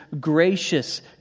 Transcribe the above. gracious